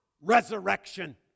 resurrection